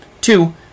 Two